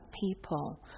people